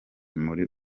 muri